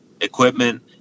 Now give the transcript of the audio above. equipment